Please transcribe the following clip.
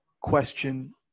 question